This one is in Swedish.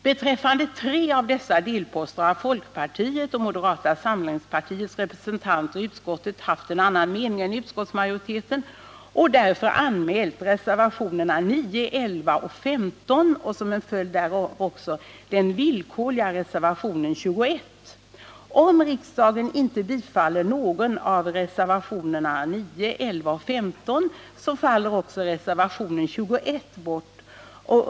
Beträffande tre av dessa delposter har folkpartiets och moderata samlingspartiets representanter i utskottet haft en annan mening än utskottsmajoriteten och därför anmält reservationerna 9, 11 och 15 och som en följd därav också den villkorliga reservationen 21. Om riksdagen inte bifaller någon av reservationerna 9, 11 och 15, faller också reservationen 21 bort.